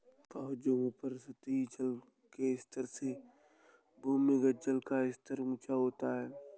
बहुत जगहों पर सतही जल के स्तर से भूमिगत जल का स्तर ऊँचा होता है